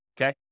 okay